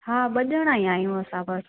हा ॿ ॼणा ई आहियूं असां